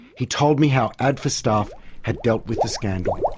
he told me how adfa staff had dealt with the scandal.